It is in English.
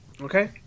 Okay